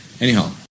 Anyhow